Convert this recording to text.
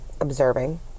observing